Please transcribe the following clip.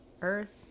Earth